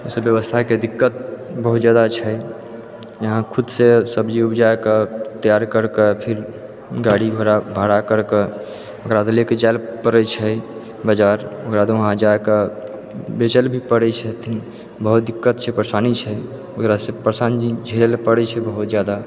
और सब व्यवस्था के दिक्कत बहुत जादा छै यहाँ खुद सँ सब्जी उपजाए के तैयार कर के फिर गाड़ी घोड़ा भाड़ा कर कऽ ओकरबाद लए के जाइला परै छै बाजार ओकराबाद वहाँ जाकए बेचल भी परै छथिन बहुत दिक्कत छै परेशानी छै ओकरा से परेशानी झेलए परै छै बहुत जादा